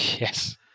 Yes